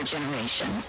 generation